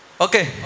okay